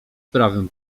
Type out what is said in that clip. prawym